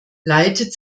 leitet